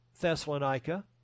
Thessalonica